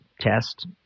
test